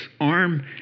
arm